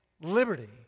liberty